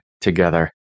together